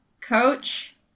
coach